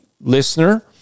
listener